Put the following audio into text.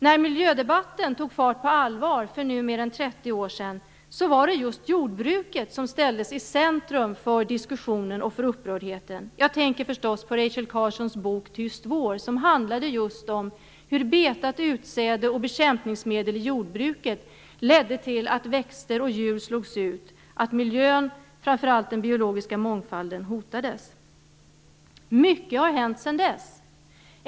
När miljödebatten tog fart på allvar för nu mer än 30 år sedan var det just jordbruket som ställdes i centrum för diskussionen och för upprördheten. Jag tänker förstås på Rachel Carsons bok Tyst vår. Den handlade just om hur betat utsäde och bekämpningsmedel i jordbruket ledde till att växter och djur slogs ut och att miljön, och framför allt den biologiska mångfalden, hotades. Mycket har hänt sedan dess.